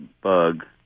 bug